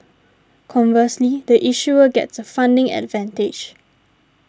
conversely the issuer gets a funding advantage